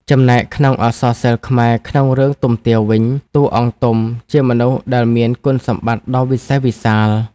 ចំណែកក្នុងអក្សរសិល្ប៍ខ្មែរក្នុងរឿង ទុំទាវវិញ តួអង្គ ទុំ ជាមនុស្សដែលមានគុណសម្បត្តិដ៏វិសេសវិសាល។។